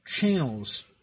channels